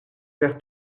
faire